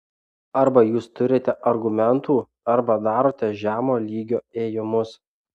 arba jūs turite argumentų arba darote žemo lygio ėjimus